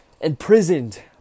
imprisoned